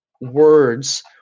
words